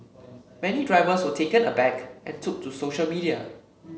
many drivers were taken aback and took to social media